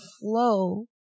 flow